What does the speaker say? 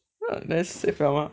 !huh! nice save mah